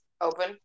open